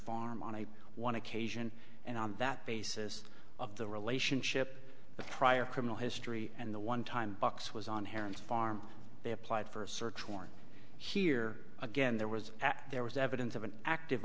farm on i want to kasian and on that basis of the relationship the prior criminal history and the one time box was on heron's farm they applied for a search warrant here again there was that there was evidence of an active